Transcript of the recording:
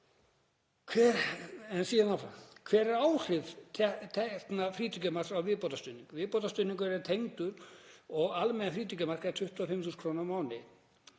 „Hver eru áhrif tekna frítekjumarka á viðbótarstuðning? Viðbótarstuðningur er tekjutengdur og almennt frítekjumark er 25.000 kr. á mánuði.